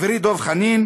חברי דב חנין